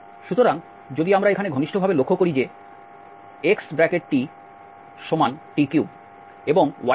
সুতরাং যদি আমরা এখানে ঘনিষ্ঠভাবে লক্ষ্য করি যে xtt3 এবং ytt6